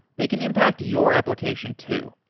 they can impact your application too.